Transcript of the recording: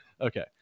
Okay